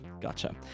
Gotcha